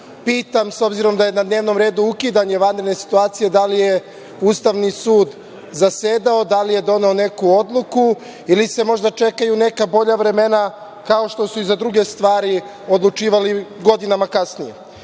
pitam, s obzirom da je na dnevnom redu ukidanje vanredne situacije, da li je Ustavni sud zasedao, da li je doneo neku odluku ili se možda čekaju neka bolja vremena, kao što su i za druge stvari odlučivali godinama kasnije?S